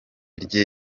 rye